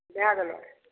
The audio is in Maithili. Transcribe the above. भए गेलऽ